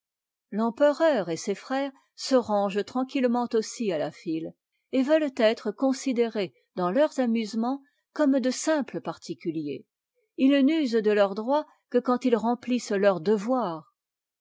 l'empereur et ses frères se rangent tranquillement aussi à la file et veulent être considérés dans leurs amusements comme de simples particuliers ils n'usent de leurs droits que quand ils remplissent leurs devoirs